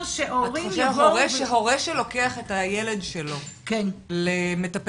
שהורים יבואו -- הורה שלוקח את הילד שלו למטפל,